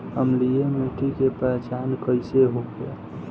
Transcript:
अम्लीय मिट्टी के पहचान कइसे होखे?